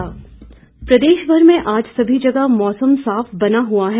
मौसम प्रदेश भर में आज सभी जगह मौसम साफ बना हुआ है